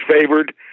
favored